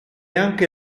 anche